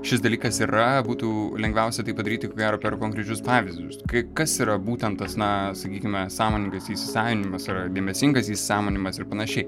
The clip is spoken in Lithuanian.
šis dalykas yra būtų lengviausia tai padaryti ko gero per konkrečius pavyzdžius kaip kas yra būtent tas na sakykime sąmoningas įsisavinimas yra dėmesingas įsisąmoninimas ir panašiai